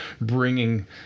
bringing